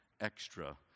extra